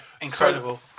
Incredible